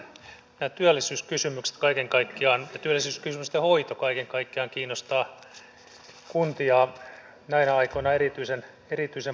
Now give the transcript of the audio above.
nämä työllisyyskysymykset kaiken kaikkiaan ja työllisyyskysymysten hoito kaiken kaikkiaan kiinnostavat kuntia näinä aikoina erityisen paljon